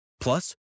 Plus